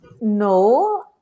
no